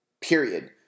period